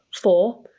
Four